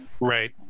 right